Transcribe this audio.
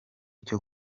cyo